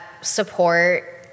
support